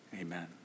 amen